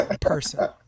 person